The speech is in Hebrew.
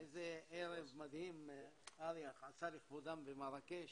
איזה ערב מדהים ארי עשה לכבודם במרקש,